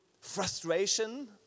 frustration